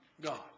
God